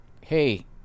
hey